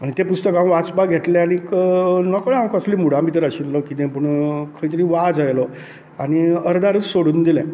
आनी तें पुस्तक हांवे वाचपाक घेतले आनीक नकळो हांव कसल्या मुडा भितर आशिल्लो कितें पूण खंय तरी वाज आयलो आनी अर्द्यारूच सोडून दिलें